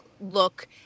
look